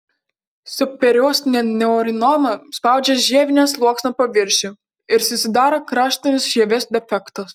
subperiostinė neurinoma spaudžia žievinio sluoksnio paviršių ir susidaro kraštinis žievės defektas